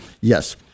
yes